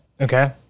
Okay